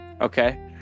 Okay